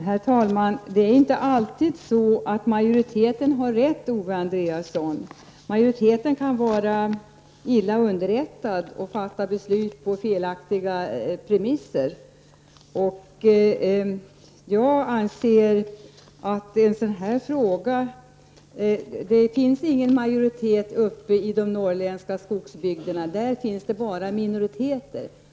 Herr talman! Det är inte alltid så att majoriteten har rätt, Owe Andréasson. Majoriteten kan vara illa underrättad och fatta beslut på felaktiga premisser. Det finns ingen majoritet uppe i de norrländska skogsbygderna, utan där finns endast minoriteter.